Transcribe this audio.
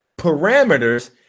parameters